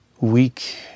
weak